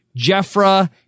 Jeffra